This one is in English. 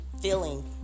feeling